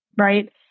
right